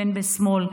בין בשמאל,